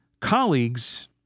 Colleagues